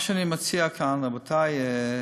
מה שאני מציע כאן, רבותי,